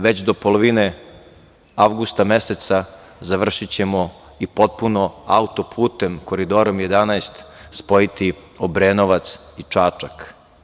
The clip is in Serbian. Već do polovine avgusta meseca završićemo i potpuno auto-putem, Koridorom 11, spojiti Obrenovac i Čačak.